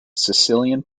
sicilian